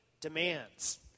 demands